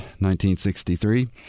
1963